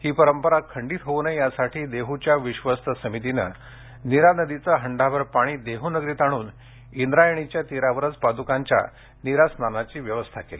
ही परंपरा खंडित होऊ नये यासाठी देहूच्या विश्वस्त समितीनं नीरा नदीचं हंडाभर पाणी देहू नगरीत आणून इंद्रायणीच्या तीरावरच पादूकांच्या नीरा स्नानाची व्यवस्था केली